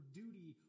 duty